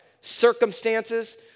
circumstances